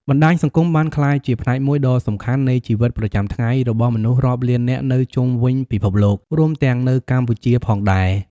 បណ្តាញសង្គមបានក្លាយជាផ្នែកមួយដ៏សំខាន់នៃជីវិតប្រចាំថ្ងៃរបស់មនុស្សរាប់លាននាក់នៅជុំវិញពិភពលោក រួមទាំងនៅកម្ពុជាផងដែរ។